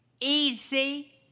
easy